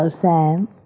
Sam